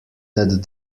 that